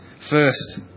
first